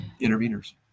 interveners